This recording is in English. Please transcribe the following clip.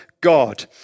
God